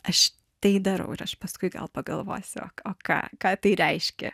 aš tai darau ir aš paskui gal pagalvosiu o o ką ką tai reiškia